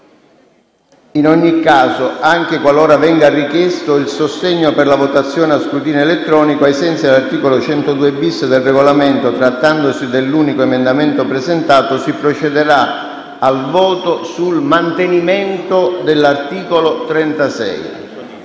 In ogni caso, anche qualora venga richiesto il sostegno per la votazione a scrutinio elettronico, ai sensi dell'articolo 102-*bis* del Regolamento, trattandosi dell'unico emendamento presentato, si procederà al voto sul mantenimento dell'articolo 36.